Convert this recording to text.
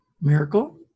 Miracle